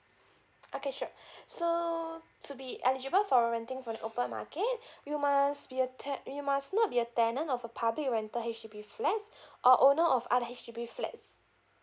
okay sure so to be eligible for renting for the open market you must be a te~ you must not be a tenant of a public rental H_D_B flats or owner of other H_D_B flats